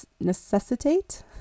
necessitate